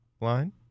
line